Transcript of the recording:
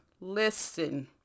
listen